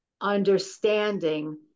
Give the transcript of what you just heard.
understanding